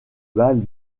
balle